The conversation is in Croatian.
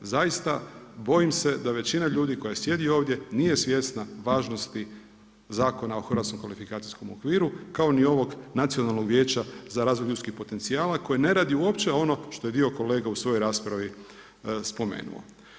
Zaista bojim se da većina ljudi koja sjedi ovdje nije svjesna važnosti Zakona o hrvatskom kvalifikacijskom okviru kao ni ovog nacionalnog vijeća za razvoj ljudskih potencijala koji ne radi uopće ono što je dio kolega u svojoj raspravi spomenuo.